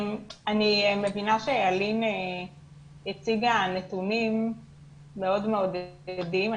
אני מבינה שאלין הציגה נתונים מאוד מעודדים,